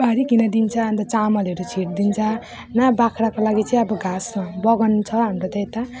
पारिकन दिन्छ अनि त चामलहरू छिट्दिन्छ ना बाख्राको लागि चाहिँ अब घाँस बगान छ हाम्रो त यता